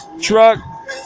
truck